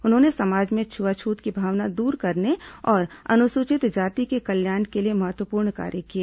उन्होंने समाज में छुआछुत की भावना दूर करने और अनुसूचित जाति के कल्याण के लिए महत्वपूर्ण कार्य किए